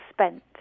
spent